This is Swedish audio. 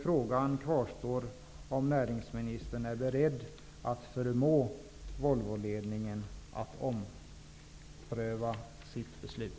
Frågan kvarstår om näringsministern är beredd att förmå Volvoledningen att ompröva sitt beslut.